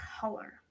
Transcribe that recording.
color